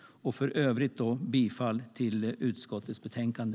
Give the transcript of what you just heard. För övrigt yrkar jag bifall till förslaget i utskottets betänkande.